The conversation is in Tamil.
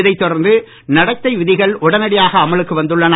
இதைத் தொடர்ந்து நடத்தை விதிகள் உடனடியாக அமலுக்கு வந்துள்ளன